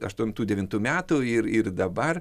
aštuntų devintų metų ir ir dabar